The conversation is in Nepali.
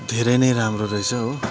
धेरै नै राम्रो रहेछ हो